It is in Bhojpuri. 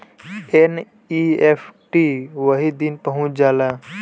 एन.ई.एफ.टी वही दिन पहुंच जाला